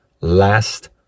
Last